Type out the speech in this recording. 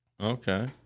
Okay